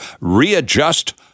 readjust